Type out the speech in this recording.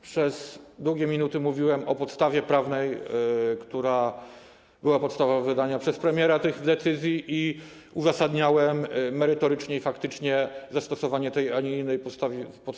Przez długie minuty mówiłem o podstawie prawnej, która była podstawą wydania przez premiera tych decyzji, i uzasadniałem merytorycznie i faktycznie zastosowanie tej, a nie innej podstawy prawnej.